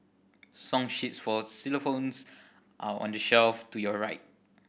song sheets for xylophones are on the shelf to your right